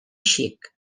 xic